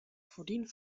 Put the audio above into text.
voordien